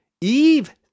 Eve